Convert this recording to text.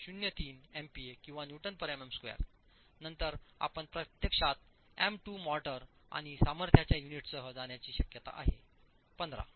03 MPa किंवा Nmm2 नंतर आपण प्रत्यक्षात एम 2 मोर्टार आणि सामर्थ्याच्या युनिटसह जाण्याची शक्यता आहे 15